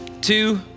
two